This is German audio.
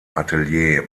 atelier